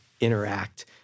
interact